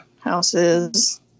houses